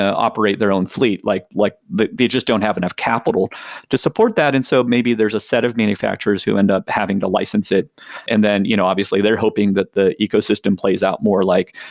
operate their own fleet. like like they just don't have enough capital to support that, and so maybe there's a set of manufacturers who end up having to license it and then you know obviously they're hoping that the ecosystem plays out more like,